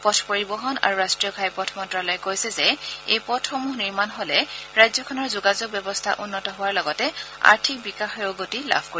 পথ পৰিবহন আৰু ৰাষ্ট্ৰীয় ঘাইপথ মন্তালয়ে কৈছে যে এই পথসমূহ নিৰ্মাণ হ'লে ৰাজ্যখনৰ যোগাযোগ ব্যৱস্থা উন্নত হোৱাৰ লগতে আৰ্থিক বিকাশেও গতি লাভ কৰিব